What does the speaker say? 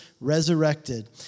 resurrected